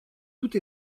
toute